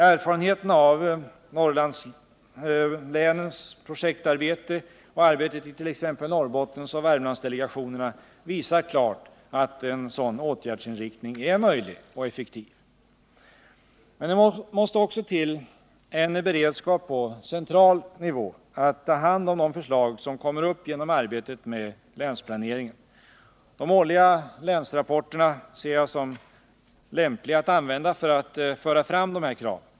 Erfarenheterna av Norrlandslänens projektarbete och arbetet i t.ex. Norrbottensoch Värmlandsdelegationerna visar klart att en sådan åtgärdsinriktning är möjlig och effektiv. Men det måste också till en beredskap på central nivå för att ta hand om de förslag som kommer upp genom arbetet med länsplaneringen. De årliga länsrapporterna ser jag som lämpliga att använda för att föra fram dessa krav.